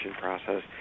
process